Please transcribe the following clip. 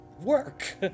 work